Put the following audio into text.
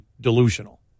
delusional